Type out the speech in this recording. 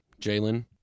Jalen